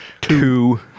two